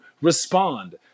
respond